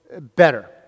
Better